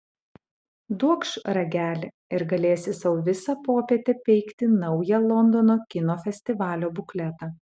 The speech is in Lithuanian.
duokš ragelį ir galėsi sau visą popietę peikti naują londono kino festivalio bukletą